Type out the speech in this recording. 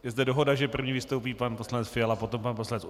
Je zde dohoda, že první vystoupí pan poslanec Fiala, potom pan poslanec Urban.